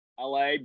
LA